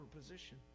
position